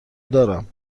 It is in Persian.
دارم